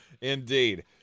Indeed